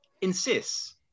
insists